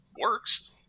works